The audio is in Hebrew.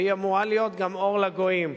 והיא אמורה להיות גם אור לגויים.